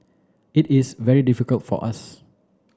it is very difficult for us